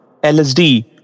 LSD